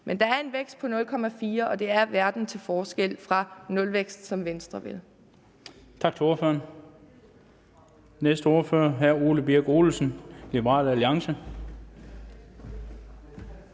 Men der er en vækst på 0,4 pct., og der er en verden til forskel på det og så nulvækst, som Venstre vil.